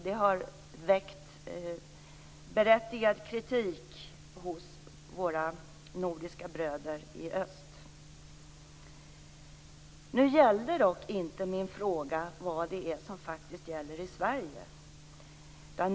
Det har väckt berättigad kritik hos våra nordiska bröder i öst. Nu gällde dock inte min fråga vad det är som faktiskt gäller i Sverige.